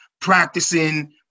practicing